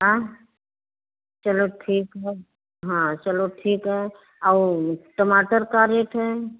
हाँ चलो ठीक है हाँ चलो ठीक है और टमाटर का रेट है